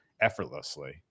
effortlessly